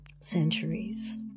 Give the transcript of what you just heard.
centuries